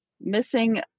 missing